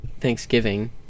Thanksgiving